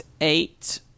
eight